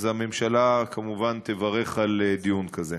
אז הממשלה, כמובן, תברך על דיון כזה.